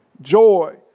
joy